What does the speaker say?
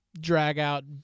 drag-out